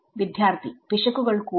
വിദ്യാർത്ഥി പിശകുകൾ കൂടും